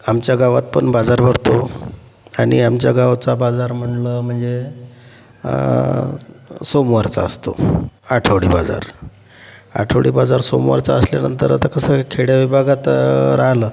आमच्या गावात पण बाजार भरतो आणि आमच्या गावाचा बाजार म्हटलं म्हणजे सोमवारचा असतो आठवडी बाजार आठवडी बाजार सोमवारचा असल्यानंतर आता कसं आहे खेडे विभागात राहिलं